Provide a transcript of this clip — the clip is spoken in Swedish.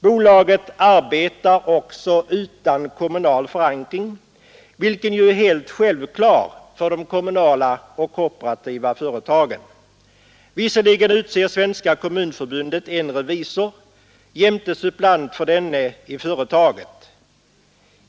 Bolaget arbetar också utan kommunal förankring, vilken ju är helt självklar för de kommunala och kooperativa företagen. Visserligen utser Svenska kommunförbundet en revisor jämte suppleant för denne i företaget.